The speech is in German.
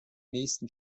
nächsten